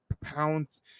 pounds